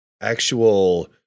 actual